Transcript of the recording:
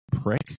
prick